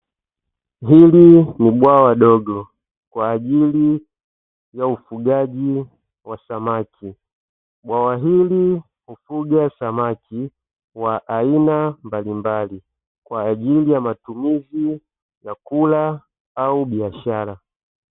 Hili ni bwawa dogo kwa ajili ya ufugaji wa samaki, bwawa hili hufuga samaki wa aina mbalimbali kwa ajili ya matumizi ya kula au biashara.